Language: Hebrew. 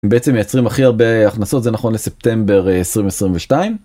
בעצם מייצרים הכי הרבה הכנסות זה נכון לספטמבר 2022.